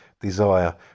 desire